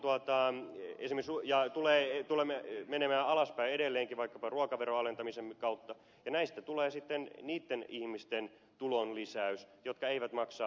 toisaalta inflaatio on taittunut jolloin menemme alaspäin edelleenkin vaikkapa ruokaveron alentamisen kautta ja näistä tulee sitten niitten ihmisten tulonlisäys jotka eivät maksa valtionveroa